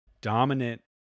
dominant